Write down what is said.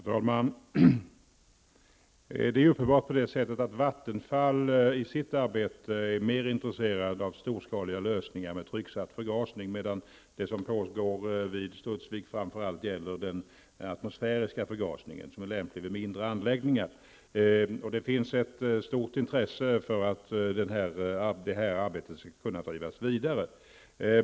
Fru talman! Det är uppenbart att Vattenfall i sitt arbete är mer intressat av storskaliga lösningar med trycksatt förgasning, medan det som pågår vid Studsvik framför allt är inriktat på atmosfärisk förgasning, som är lämplig vid mindre anläggningar. Det finns ett stort intresse för att detta arbete skall kunna drivas vidare.